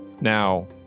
Now